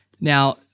Now